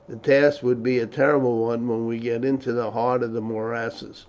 the task will be a terrible one when we get into the heart of the morasses,